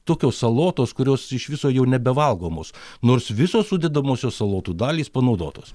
tokios salotos kurios iš viso jau nebevalgomos nors visos sudedamosios salotų dalys panaudotos